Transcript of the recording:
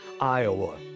iowa